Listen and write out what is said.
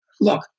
look